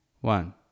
one